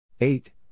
Eight